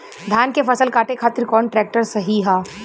धान के फसल काटे खातिर कौन ट्रैक्टर सही ह?